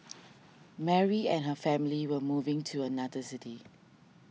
Mary and her family were moving to another city